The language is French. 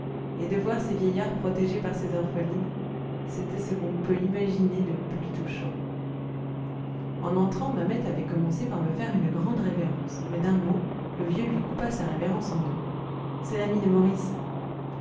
et de voir ces vieillards protégés par ces orphelines c'était ce qu'on peut imaginer de plus touchant en entrant mamette avait commencé par me faire une grande révérence mais d'un mot le vieux lui coupa sa révérence en deux c'est l'ami de maurice